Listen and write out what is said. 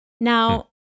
Now